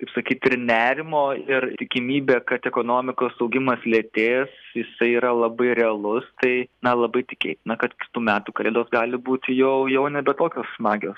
kaip sakyt ir nerimo ir tikimybė kad ekonomikos augimas lėtės jisai yra labai realus tai na labai tikėtina kad kitų metų kalėdos gali būti jau jau nebe tokios smagios